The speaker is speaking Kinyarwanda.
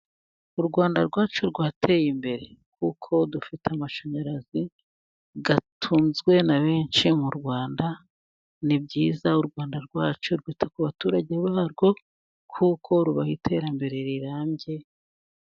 U Rwanda rwacu rwateye imbere, kuko dufite amashanyarazi atunzwe na benshi mu Rwanda, ni byiza u Rwanda rwacu rwita ku baturage barwo kuko rubaha iterambere rirambye.